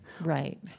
Right